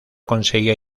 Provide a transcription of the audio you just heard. conseguía